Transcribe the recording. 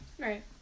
Right